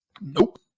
nope